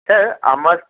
sir আমার